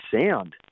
sound